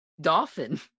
dolphin